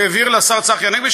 הוא העביר לשר צחי הנגבי,